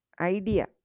idea